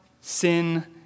sin